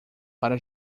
para